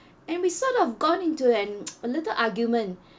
and we sort of gone into an a little argument